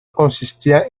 consistía